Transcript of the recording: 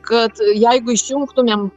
kad jeigu išjungtumėm